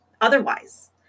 otherwise